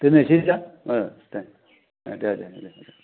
दोननायसैदे ओ दे दे